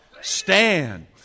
Stand